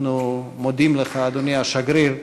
אנחנו מודים לך, אדוני השגריר,